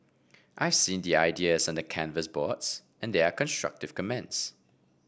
I see the ideas on the canvas boards and there are constructive comments